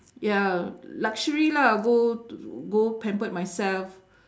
ya luxury lah go to go pamper myself